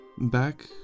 Back